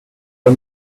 pas